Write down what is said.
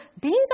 beans